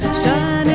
shining